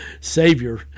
Savior